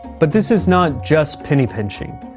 but this is not just penny pinching.